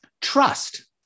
trust